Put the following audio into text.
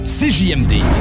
CJMD